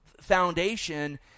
foundation